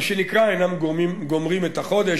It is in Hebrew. מה שנקרא "אינם גומרים את החודש",